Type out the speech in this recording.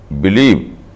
believe